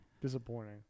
Disappointing